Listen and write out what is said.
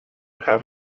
have